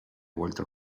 vuelto